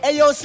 Ayo